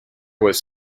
was